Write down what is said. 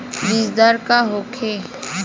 बीजदर का होखे?